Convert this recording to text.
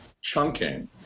chunking